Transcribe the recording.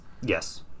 Yes